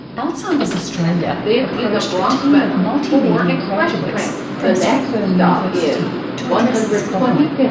alzheimer's australia approached a team of multimedia graduates from swinburne university to address this problem.